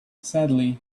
sadly